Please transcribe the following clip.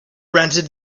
rented